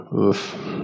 oof